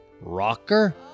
Rocker